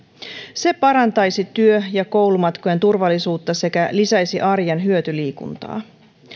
se parantaisi työ ja koulumatkojen turvallisuutta sekä lisäisi arjen hyötyliikuntaa